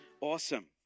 Awesome